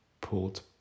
pulled